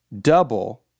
double